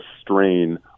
strain